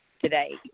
today